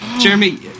jeremy